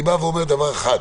אני בא ואומר דבר אחד,